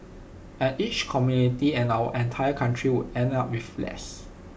and each community and our entire country would end up with less